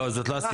לא, זו לא הסיבה.